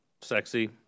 sexy